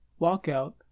walkout